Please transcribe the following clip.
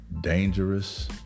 Dangerous